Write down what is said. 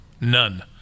none